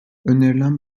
önerilen